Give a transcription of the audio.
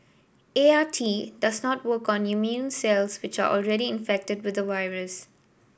A R T does not work on immune cells which are already infected with the virus